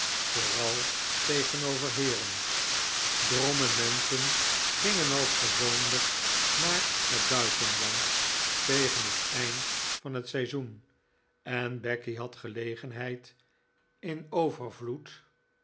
vooral tegenover heeren drommen menschen gingen als gewoonlijk naar het buitenland tegen het eind van het seizoen en becky had gelegenheid in overvloed